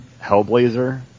Hellblazer